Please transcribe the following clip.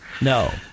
No